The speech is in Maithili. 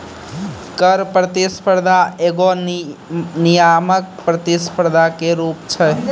कर प्रतिस्पर्धा एगो नियामक प्रतिस्पर्धा के रूप छै